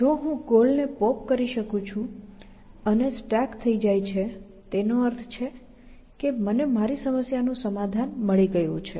જો હું ગોલને પોપ કરી શકું છું અને સ્ટેક થઈ જાય છે તેનો અર્થ છે કે મને મારી સમસ્યાનું સમાધાન મળી ગયું છે